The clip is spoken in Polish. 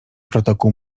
protokół